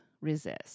resist